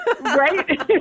right